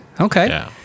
Okay